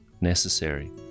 necessary